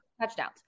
touchdowns